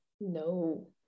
No